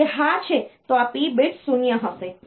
જો તે હા છે તો આ પી bits 0 હશે